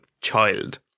child